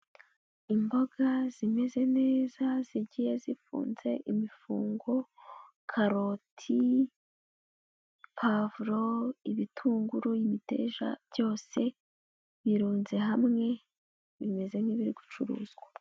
Imboga zimeze neza zigiye zifunze imifungo, karoti, pavuro, ibitunguru, imiteja, byose birunze hamwe, bimeze nk'ibiri gucuruzwa.